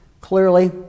Clearly